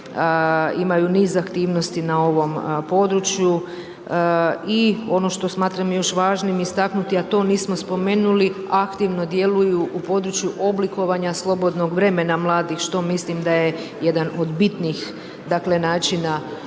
imaju niz aktivnosti na ovom području i ono što smatram još važnim istaknuti, a to nismo spomenuli aktivno djeluju u području oblikovanja slobodnog vremena mladih što mislim da je jedan od bitnijih dakle načina